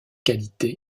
qualité